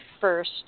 first